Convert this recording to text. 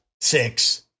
Six